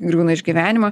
griūna iš gyvenimo